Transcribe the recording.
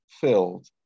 Filled